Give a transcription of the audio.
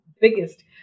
biggest